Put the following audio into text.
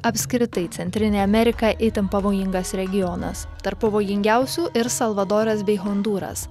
apskritai centrinė amerika itin pavojingas regionas tarp pavojingiausių ir salvadoras bei hondūras